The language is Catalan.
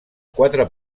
quatre